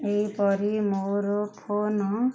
ଏହିପରି ମୋର ଫୋନ